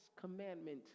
commandment